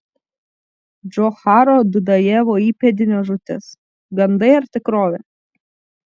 džocharo dudajevo įpėdinio žūtis gandai ar tikrovė